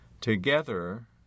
Together